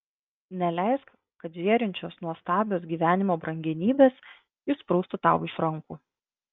neleisk kad žėrinčios nuostabios gyvenimo brangenybės išsprūstų tau iš rankų